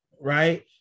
right